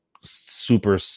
super